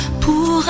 Pour